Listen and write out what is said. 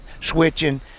switching